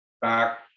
back